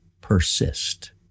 persist